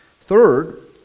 Third